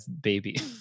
baby